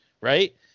right